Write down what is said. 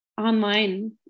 online